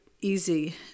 easy